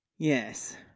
Yes